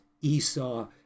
Esau